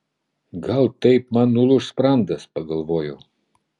gal taip man nulūš sprandas pagalvojau